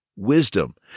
wisdom